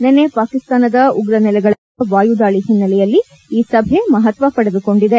ನಿನ್ನೆ ಪಾಕಿಸ್ತಾನದ ಉಗ್ರ ನೆಲೆಗಳ ಮೇಲೆ ನಡೆಸಿದ ವಾಯುದಾಳ ಹಿನ್ನೆಲೆಯಲ್ಲಿ ಈ ಸಭೆ ಮಹತ್ವ ಪಡೆದುಕೊಂಡಿದೆ